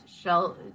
shell